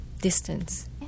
distance